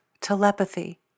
telepathy